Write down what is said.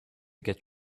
get